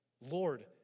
Lord